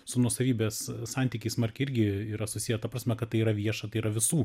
su nuosavybės santykiais smarkiai irgi yra susiję ta prasme kad tai yra vieša tai yra visų